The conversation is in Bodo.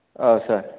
औ सार